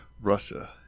Russia